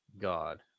God